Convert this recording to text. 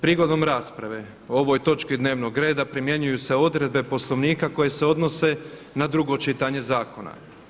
Prigodom rasprave o ovoj točki dnevnog reda primjenjuju se odredbe Poslovnika koje se odnose na drugo čitanje zakona.